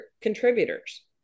contributors